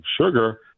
sugar